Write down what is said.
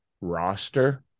Roster